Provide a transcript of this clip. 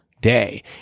day